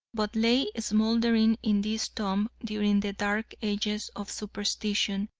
but lay smouldering in this tomb during the dark ages of superstition,